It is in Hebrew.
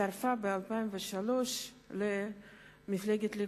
הצטרפה ב-2003 למפלגת הליכוד,